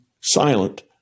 silent